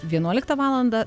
vienuoliktą valandą